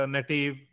Native